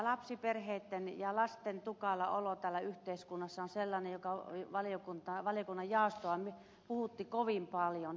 lapsiperheitten ja lasten tukala olo täällä yhteiskunnassa on sellainen joka valiokunnan jaostoa puhutti kovin paljon